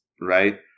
right